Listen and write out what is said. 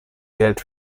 geld